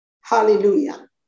Hallelujah